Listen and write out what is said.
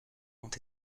ont